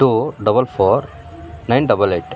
two double four nine double eight